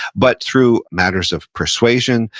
but through matters of persuasion,